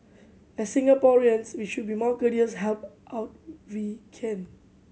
as Singaporeans we should be more courteous help out we can